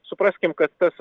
supraskim kad tas